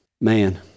Man